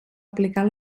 aplicar